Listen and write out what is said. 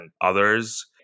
others